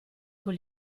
con